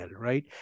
right